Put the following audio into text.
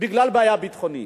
בגלל בעיה ביטחונית.